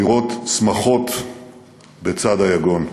ולראות שמחות בצד היגון.